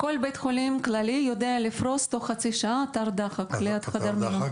כל בית חולים כללי יודע לפרוס תוך חצי שעה אתר דחק ליד חדר מיון,